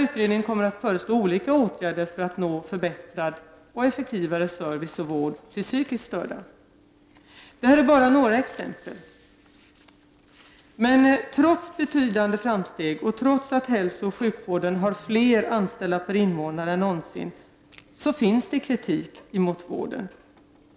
Utredningen kommer att föreslå olika åtgärder för att det skall bli en bättre och effektivare service och vård för de psykiskt störda. Det som nämnts är bara några exempel. Trots betydande framsteg och trots att hälsooch sjukvården har fler anställda per invånare än någonsin, förekommer det kritik mot vården.